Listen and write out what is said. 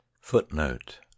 footnote